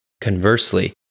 Conversely